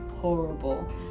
horrible